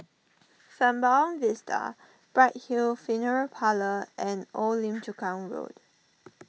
Sembawang Vista Bright Hill Funeral Parlour and Old Lim Chu Kang Road